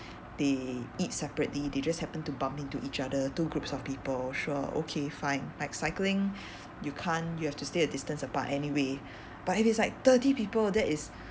they eat separately they just happen to bump into each other two groups of people sure okay fine like cycling you can't you have to stay a distance apart anyway but if it's like thirty people that is